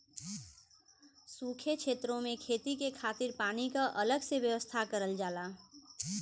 सूखे छेतरो में खेती के खातिर पानी क अलग से व्यवस्था करल जाला